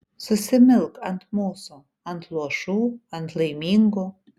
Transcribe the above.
susimilk ant mūsų ant luošų ant laimingų